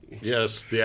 Yes